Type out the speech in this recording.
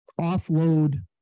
offload